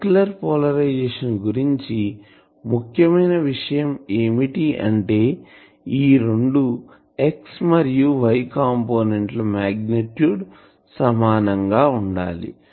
circular polarization గురించి ముఖ్యమైన విషయం ఏమిటి అంటే ఈ రెండు x మరియు y కంపోనెంట్ల మాగ్నిట్యూడ్ సమానం గా ఉండాలి